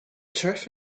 turf